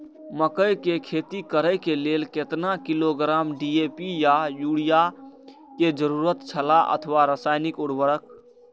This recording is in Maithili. मकैय के खेती करे के लेल केतना किलोग्राम डी.ए.पी या युरिया के जरूरत छला अथवा रसायनिक उर्वरक?